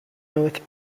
north